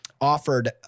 offered